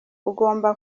ugomba